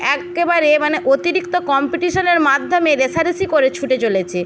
একেবারে মানে অতিরিক্ত কম্পিটিশনের মাধ্যমে রেষারেষি করে ছুটে চলেছে